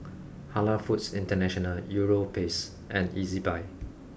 Halal Foods International Europace and Ezbuy